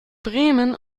bremen